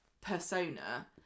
persona